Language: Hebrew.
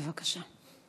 בבקשה.